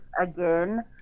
again